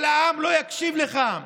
אבל העם לא יקשיב לך.